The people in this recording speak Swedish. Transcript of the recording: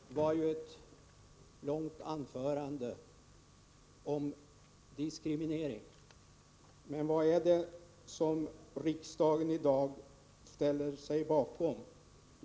Herr talman! Detta var ett långt anförande om diskriminering. Men vad är det som riksdagen i dag ställer sig bakom?